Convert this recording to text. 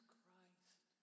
Christ